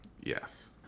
Yes